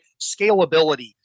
Scalability